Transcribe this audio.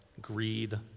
greed